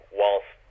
whilst